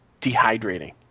Dehydrating